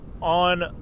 on